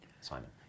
Simon